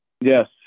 Yes